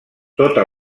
tota